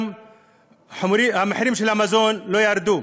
המחירים לא ירדו.